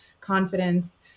confidence